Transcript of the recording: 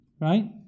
Right